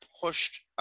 pushed